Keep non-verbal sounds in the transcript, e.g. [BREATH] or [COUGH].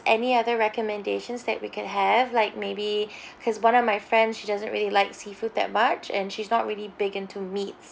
any other recommendations that we can have like maybe [BREATH] because one of my friends she doesn't really like seafood that much and she's not really big in to meats